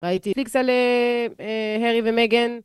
ראיתי פיקס על הרי ומיגן.